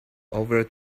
over